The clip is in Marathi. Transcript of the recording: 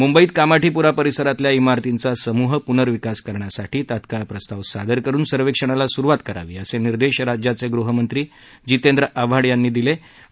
मुंबईत कामाठीपूरा परिसरातल्या मिरतींचा समृह पूनर्विकास करण्यासाठी तात्काळ प्रस्ताव सादर करून सर्वेक्षणाला सुरवात करावी असे निर्देश राज्याचे गृहनिर्माण मंत्री जितेंद्र आव्हाड यांनी दिले आहेत